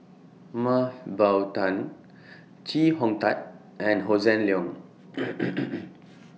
Mah Bow Tan Chee Hong Tat and Hossan Leong